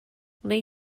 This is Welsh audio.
wnei